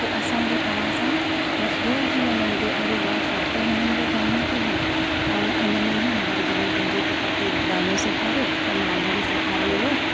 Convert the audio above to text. की असां बि तव्हां सां मशगुल थी वञूं की अरे वाह छी थो हिननि जो गानो थो हले ऐं हिनमें ई मां पंहिंजे पुटु खे गानो सेखारियो त मां हुनखे सेखारियो हुयो